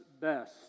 best